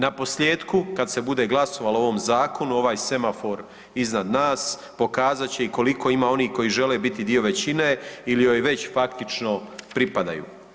Naposljetku, kad se bude glasovalo o ovom zakonu ovaj semafor iznad nas pokazat će i koliko ima onih koji žele biti dio većine ili joj već faktično pripadaju.